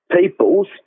peoples